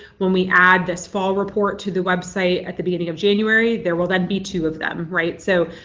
when we add this fall report to the website at the beginning of january, there will then be two of them. right so,